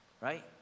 right